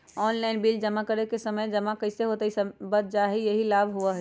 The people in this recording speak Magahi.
ऑनलाइन बिल जमा करे से समय पर जमा हो जतई और समय भी बच जाहई यही लाभ होहई?